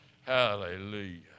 Hallelujah